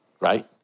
right